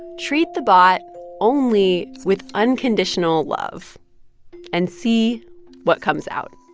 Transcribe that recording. treat the bot only with unconditional love and see what comes out.